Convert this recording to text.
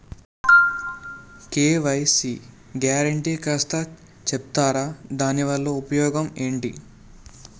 KYC guarantee కాస్త చెప్తారాదాని వల్ల ఉపయోగం ఎంటి?